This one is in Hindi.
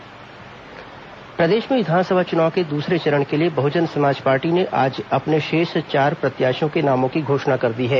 बसपा प्रत्याशी सूची प्रदेश में विधानसभा चुनाव के दूसरे चरण के लिए बहजन समाज पार्टी ने आज अपने शेष चार प्रत्याशियों के नामों की घोषणा कर दी है